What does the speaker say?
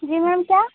जी ma'am क्या